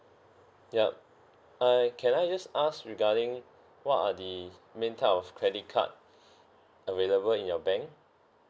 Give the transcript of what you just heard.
yup hi can I just ask regarding what are the main type of credit card available in your bank